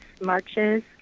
marches